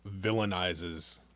villainizes